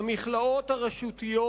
המכלאות הרשותיות,